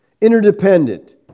interdependent